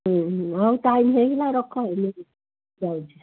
ହଉ ଟାଇମ୍ ହେଇଗଲା ରଖ ମୁଁ ଯାଉଛି